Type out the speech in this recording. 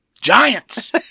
Giants